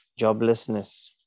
joblessness